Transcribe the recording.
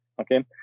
Okay